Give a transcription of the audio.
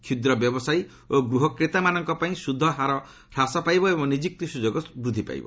କ୍ଷୁଦ୍ର ବ୍ୟବସାୟୀ ଓ ଗୃହ କ୍ରେତାମାନଙ୍କ ପାଇଁ ସୁଧ ହ୍ରାସ ପାଇବ ଏବଂ ନିଯୁକ୍ତି ସ୍ରଯୋଗ ବୃଦ୍ଧି ପାଇବ